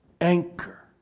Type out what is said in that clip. anchor